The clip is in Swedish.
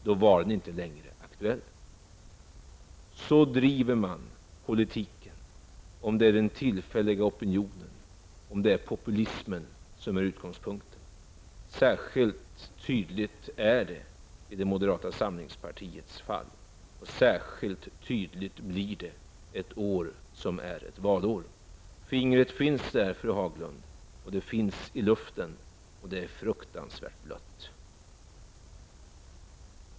Då var frågan inte längre aktuell. Så driver man politiken om det är en tillfällig opinion, alltså om det är populismen, som är utgångspunkten. Särskilt tydligt är detta när det gäller moderata samlingspartiet, och särskilt tydligt blir det ett år som är valår. Fingret finns där, fru Haglund! Det finns i luften och det är fruktansvärt blött!